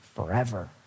Forever